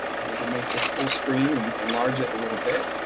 i need to make this full screen and enlarge it a little bit,